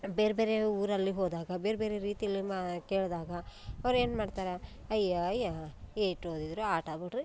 ಬೇರೆ ಬೇರೆ ಊರಲ್ಲಿ ಹೋದಾಗ ಬೇರೆ ಬೇರೆ ರೀತಿಯಲ್ಲಿ ಮಾ ಕೇಳಿದಾಗ ಅವ್ರು ಏನು ಮಾಡ್ತಾರ ಅಯ್ಯೋ ಅಯ್ಯೋ ಏಟು ಓದಿದರೂ ಅಟ ಬಿಡಿರಿ